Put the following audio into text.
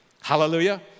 Hallelujah